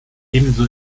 ebenso